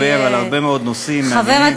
ואני אדבר בניחותא על הרבה מאוד נושאים מעניינים.